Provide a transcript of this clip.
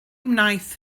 wnaeth